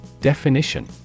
Definition